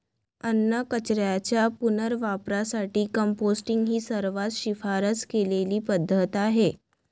अन्नकचऱ्याच्या पुनर्वापरासाठी कंपोस्टिंग ही सर्वात शिफारस केलेली पद्धत आहे